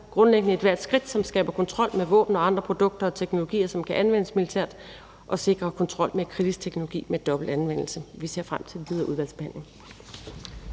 grundlæggende ethvert skridt, som skaber kontrol med våben og andre produkter og teknologier, som kan anvendes militært, og sikrer kontrol med kritisk teknologi med dobbelt anvendelse. Vi ser frem til den videre udvalgsbehandling.